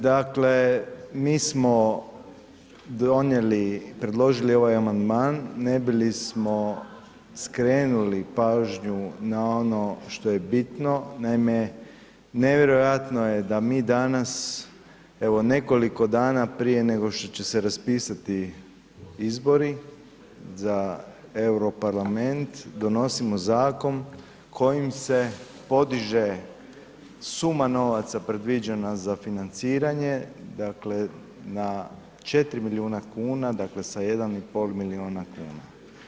Dakle, mi smo donijeli, predložili ovaj amandman ne bi li smo skrenuli pažnju na ono što je bitno, naime, nevjerojatno je da mi danas, evo nekoliko dana prije nego što će se raspisati izbori za EU parlament, donosimo zakon kojim se podiže suma novaca predviđena za financiranje, dakle, na 4 milijuna kuna, dakle sa 1,5 milijuna kuna.